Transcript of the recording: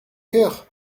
cœur